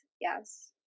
Yes